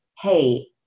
hey